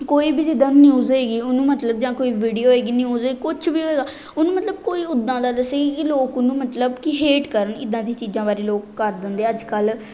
ਕੋਈ ਵੀ ਜਿੱਦਾਂ ਨਿਊਜ਼ ਹੋਏਗੀ ਉਹਨੂੰ ਮਤਲਬ ਜਾਂ ਕੋਈ ਵੀਡੀਓ ਹੋਏਗੀ ਨਿਊਜ਼ ਕੁਛ ਵੀ ਹੋਏਗਾ ਉਹਨੂੰ ਮਤਲਬ ਕੋਈ ਉੱਦਾਂ ਦਾ ਦੱਸੇਗੀ ਕਿ ਲੋਕ ਉਹਨੂੰ ਮਤਲਬ ਕੀ ਹੇਟ ਕਰਨ ਇੱਦਾਂ ਦੀਆਂ ਚੀਜ਼ਾਂ ਬਾਰੇ ਲੋਕ ਕਰ ਦਿੰਦੇ ਅੱਜ ਕੱਲ੍ਹ